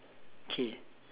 K